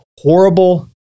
horrible